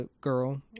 girl